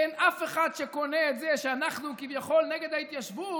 אין אף אחד שקונה את זה שאנחנו כביכול נגד ההתיישבות